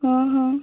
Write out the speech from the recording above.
ହଁ ହଁ